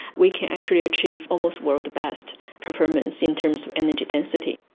we can actually achieve almost world-best performance in terms of energy density.